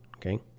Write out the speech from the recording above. Okay